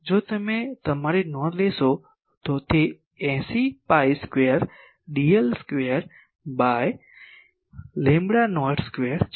જો તમે તમારી નોંધો જોશો તો તે 80 pi square dl square by lambda naught square છે